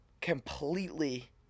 completely